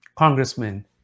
Congressman